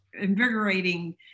invigorating